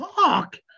fuck